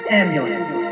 ambulance